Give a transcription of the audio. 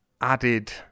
added